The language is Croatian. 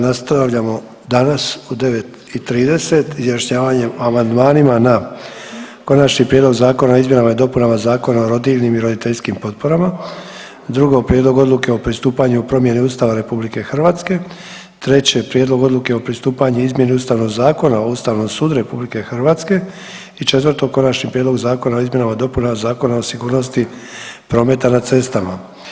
Nastavljamo danas u 9 i 30 izjašnjavanjem o amandmanima na Konačni prijedlog zakona o izmjenama i dopunama Zakona o rodiljnim i roditeljskim potporama, 2. Prijedlog Odluke o pristupanju promjeni Ustava RH, 3. Prijedlog Odluke o pristupanju izmjeni Ustavnog zakona o Ustavnom sudu RH i 4. Konačni prijedlog zakona o izmjenama i dopunama Zakona o sigurnosti prometa na cestama.